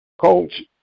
Coach